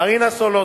מרינה סולודקין,